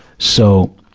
so,